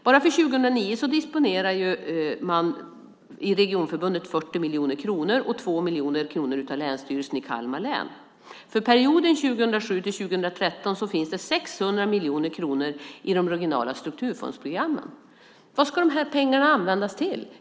Bara för 2009 disponerar man i regionförbundet 40 miljoner kronor och 2 miljoner kronor från Länsstyrelsen i Kalmar län. För perioden 2007-2013 finns det 600 miljoner kronor i de regionala strukturfondsprogrammen. Vad ska dessa pengar användas till?